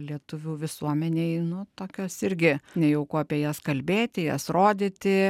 lietuvių visuomenėj nu tokios irgi nejauku apie jas kalbėti jas rodyti